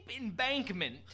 embankment